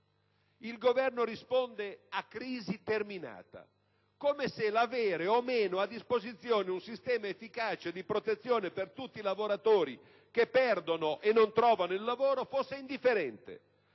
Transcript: Il Governo risponde: a crisi terminata. Come se l'avere o meno a disposizione un sistema efficace di protezione per tutti i lavoratori che perdono e non trovano lavoro fosse indifferente,